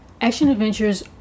Action-adventures